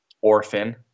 Orphan